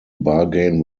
bargain